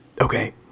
Okay